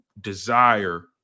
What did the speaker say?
desire